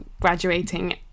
graduating